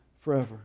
forever